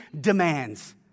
demands